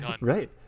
Right